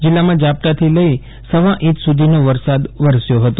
જિલ્લામાં ઝાપટાંથી લઇ સવા ઇંચ સુધીનો વરસાદ વરસ્યો ફતો